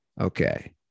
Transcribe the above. Okay